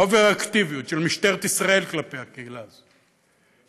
האובר-אקטיביות של משטרת ישראל כלפי הקהילה הזאת,